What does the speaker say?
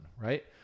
right